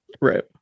right